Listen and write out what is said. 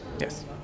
Yes